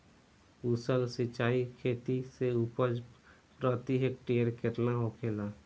कुशल सिंचाई खेती से उपज प्रति हेक्टेयर केतना होखेला?